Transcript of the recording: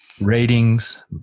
ratings